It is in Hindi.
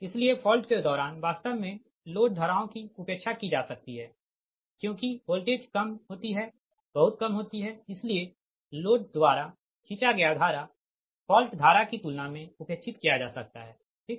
इसलिए फॉल्ट के दौरान वास्तव में लोड धाराओं की उपेक्षा की जा सकती है क्योंकि वोल्टेज कम होती है बहुत कम होती है इसलिए लोड द्वारा खींचा गया धारा फॉल्ट धारा की तुलना में उपेक्षित किया जा सकता है ठीक